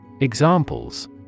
Examples